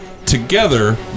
Together